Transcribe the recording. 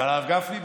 אבל הרב גפני,